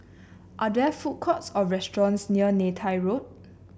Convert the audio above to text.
are there food courts or restaurants near Neythai Road